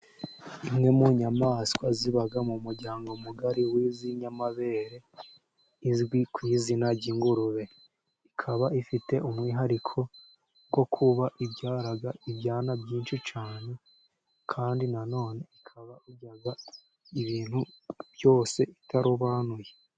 Imwe mu nyamaswa ziba mu muryango mugari w'izinyayamabere izwi ku izina ry'ingurube. Ikaba ifite umwihariko wo kuba ibyara ibyana byinshi cyane, kandi na none ikaba irya ibintu byose itarobanuye.